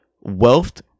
wealth